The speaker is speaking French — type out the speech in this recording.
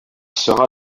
sera